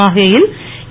மாஹே யில் இ